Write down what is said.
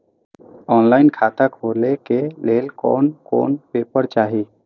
Online खाता खोले के लेल कोन कोन पेपर चाही?